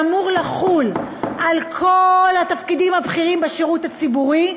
שאמור לחול על כל התפקידים הבכירים בשירות הציבורי,